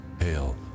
Hail